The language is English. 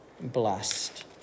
blessed